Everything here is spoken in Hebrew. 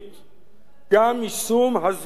גם יישום הזכות לארץ